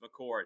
McCord